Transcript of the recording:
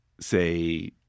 say